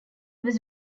was